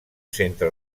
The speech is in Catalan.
centre